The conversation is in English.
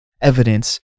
evidence